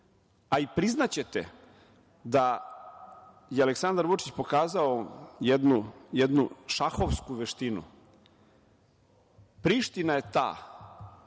a priznaćete da je Aleksandar Vučić pokazao jednu šahovsku veštinu. Priština je ta